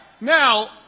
now